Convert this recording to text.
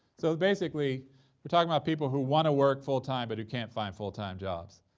so basically we're talking about people who want to work full-time but who can't find full-time jobs.